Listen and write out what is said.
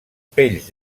pells